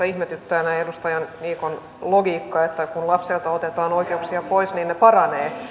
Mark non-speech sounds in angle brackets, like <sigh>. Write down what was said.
<unintelligible> ihmetyttää tämä edustaja niikon logiikka että kun lapselta otetaan oikeuksia pois niin ne paranevat